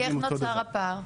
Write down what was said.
אז איך נוצר הפער?